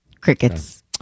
Crickets